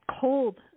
cold